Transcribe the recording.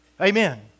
Amen